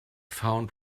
found